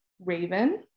Raven